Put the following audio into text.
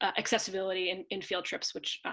ah accessibility and and field trips, which